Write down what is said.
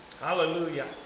Hallelujah